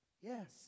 Yes